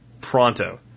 pronto